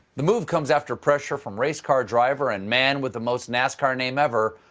the move comes after pressure from race car driver and man with the most nascar name ever,